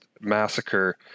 massacre